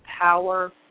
power